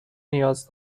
نیاز